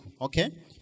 okay